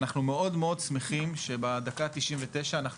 אנחנו מאוד מאוד שמחים שבדקה ה-99 אנחנו